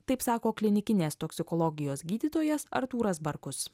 taip sako klinikinės toksikologijos gydytojas artūras barkus